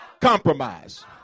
compromise